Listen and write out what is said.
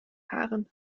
haaren